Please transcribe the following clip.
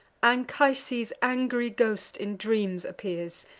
anchises' angry ghost in dreams appears,